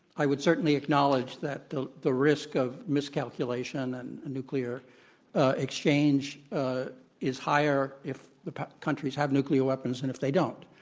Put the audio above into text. i would certainly acknowledge that the the risk of miscalculation and a nuclear exchange is higher if the countries have nuclear weapons than and if they don't.